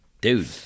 Dude